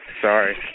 sorry